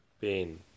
pain